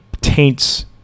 taints